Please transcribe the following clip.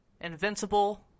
Invincible